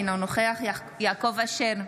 אינו נוכח יעקב אשר,